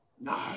No